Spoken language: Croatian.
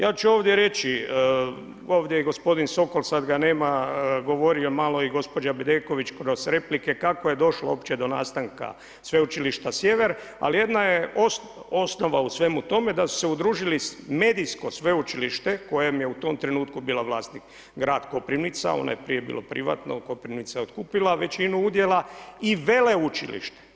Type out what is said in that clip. Ja ću ovdje reći, ovdje je gospodin Sokol, sad ga nema govorio malo i gospođa Bedeković kroz replike, kako je došlo uopće do nastanka sveučilišta Sjever, ali jedna je osnova u svemu tom, da su se udružili medijsko sveučilište kojem je u tom trenutku bila vlasnik grad Koprivnica, ono je prije bilo privatno, Koprivnica je otkupila većinu udjela i veleučilište.